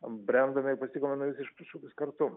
brendome ir pasitikome naujus iššūkius kartu